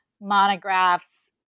monographs